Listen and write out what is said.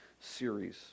series